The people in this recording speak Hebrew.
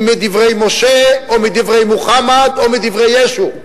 אם מדברי משה או מדברי מוחמד או מדברי ישו: